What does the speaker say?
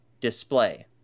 Display